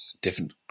different